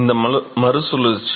இந்த மறு சுழற்சி